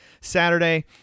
Saturday